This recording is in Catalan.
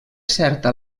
certa